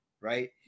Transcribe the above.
right